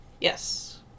Yes